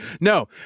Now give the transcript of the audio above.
No